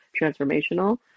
transformational